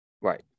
right